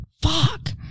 fuck